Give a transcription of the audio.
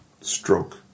Stroke